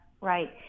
right